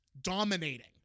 Dominating